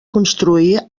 construir